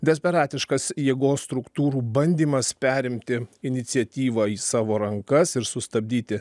desperatiškas jėgos struktūrų bandymas perimti iniciatyvą į savo rankas ir sustabdyti